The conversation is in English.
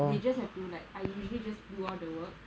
they just have to like I usually just do all the work